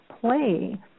play